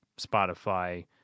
Spotify